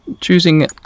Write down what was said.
choosing